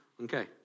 Okay